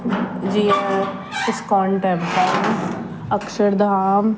जीअं ISKCON temple Akshardham